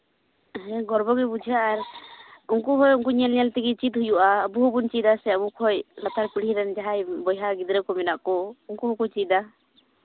ᱦᱮᱸ ᱜᱚᱨᱵᱚ ᱜᱮ ᱵᱩᱡᱷᱟᱹᱜᱼᱟ ᱟᱨ ᱩᱱᱠᱩ ᱦᱚᱸ ᱩᱱᱠᱩ ᱧᱮᱞ ᱧᱮᱞ ᱛᱮᱜᱮ ᱪᱮᱫ ᱦᱩᱭᱩᱜᱼᱟ ᱟᱵᱚ ᱦᱚᱸᱵᱚᱱ ᱪᱮᱫᱟ ᱥᱮ ᱟᱵᱚ ᱠᱷᱚᱡ ᱞᱟᱛᱟᱨ ᱯᱚᱲᱦᱤ ᱨᱮᱱ ᱡᱟᱦᱟᱸᱭ ᱵᱚᱭᱦᱟ ᱜᱤᱫᱽᱨᱟᱹ ᱠᱚ ᱢᱮᱱᱟᱜ ᱠᱚ ᱩᱱᱠᱩ ᱦᱚᱸᱠᱚ ᱪᱮᱫᱟ